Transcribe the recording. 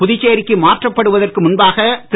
புதுச்சேரிக்கு மாற்றப்படுவதற்கு முன்பாக திரு